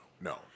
no